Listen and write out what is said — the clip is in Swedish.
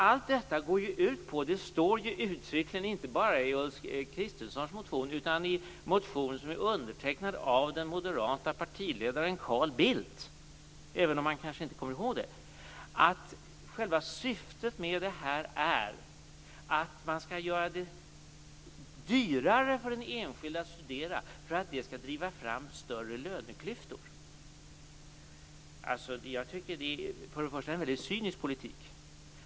Allt detta går ju ut på, det står uttryckligen inte bara i Ulf Kristerssons motion, utan i motioner som är undertecknade av den moderata partiledaren Carl Bildt, även om han kanske inte kommer ihåg det, att man skall göra det dyrare för den enskilde att studera för att det skall driva fram större löneklyftor. Jag tycker att det för det första är en mycket cynisk politik.